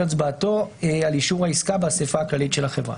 הצבעתו על אישור העסקה באסיפה הכללית של החברה,